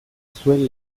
zuen